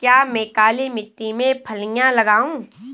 क्या मैं काली मिट्टी में फलियां लगाऊँ?